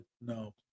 no